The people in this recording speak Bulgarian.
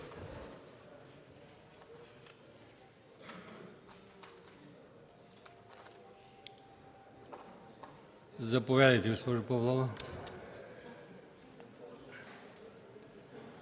Заповядайте, госпожо Павлова.